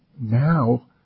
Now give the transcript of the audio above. now